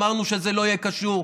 אמרנו שזה לא יהיה קשור,